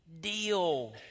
deal